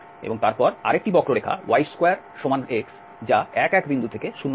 এবং তারপর আরেকটি বক্ররেখা y2x 11 থেকে 00 পর্যন্ত